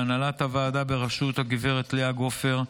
להנהלת הוועדה בראשות הגב' לאה גופר,